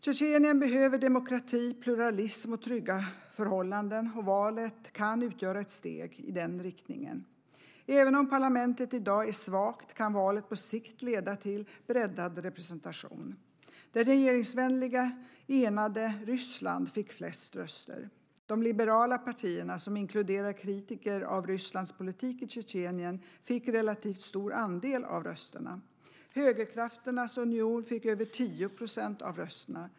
Tjetjenien behöver demokrati, pluralism och trygga förhållanden, och valet kan utgöra ett steg i den riktningen. Även om parlamentet i dag är svagt kan valet på sikt leda till breddad representation. Det regeringsvänliga Enade Ryssland fick flest röster. De liberala partierna, som inkluderar kritiker av Rysslands politik i Tjetjenien, fick relativt stor andel av rösterna. Högerkrafternas union fick över 10 % av rösterna.